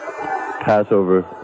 Passover